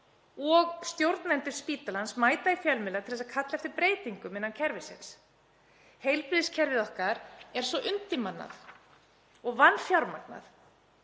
og stjórnendur spítalans mæta í fjölmiðla til að kalla eftir breytingum innan kerfisins. Heilbrigðiskerfið okkar er svo undirmannað og vanfjármagnað